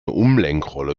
umlenkrolle